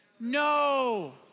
no